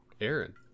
Aaron